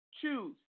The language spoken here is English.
Choose